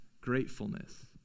gratefulness